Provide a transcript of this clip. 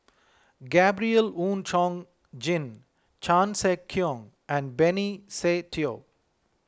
Gabriel Oon Chong Jin Chan Sek Keong and Benny Se Teo